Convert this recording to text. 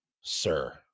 sir